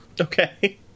Okay